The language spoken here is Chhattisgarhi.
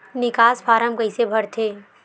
निकास फारम कइसे भरथे?